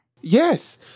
Yes